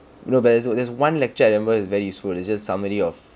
you know but there's there's one lecture I remember it's very useful it's just summary of